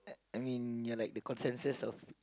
I mean ya like the consensus of